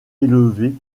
élevé